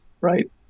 right